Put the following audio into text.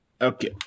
Okay